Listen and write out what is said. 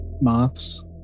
Moths